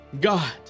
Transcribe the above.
God